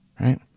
right